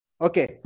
Okay